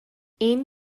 این